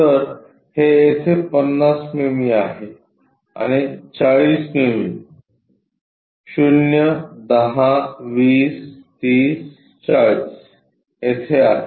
तर हे येथे 50 मिमी आहे आणि 40 मिमी 0 10 20 30 40 येथे आहे